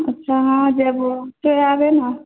अच्छा हाँ आ जेबहो तू आबे ने